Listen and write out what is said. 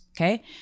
Okay